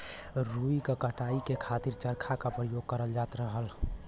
रुई क कताई के खातिर चरखा क परयोग करल जात रहल